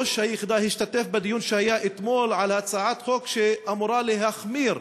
ראש היחידה השתתף בדיון שהיה אתמול על הצעת חוק שאמורה להחמיר